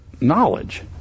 knowledge